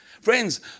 Friends